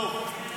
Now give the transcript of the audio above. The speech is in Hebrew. עזוב.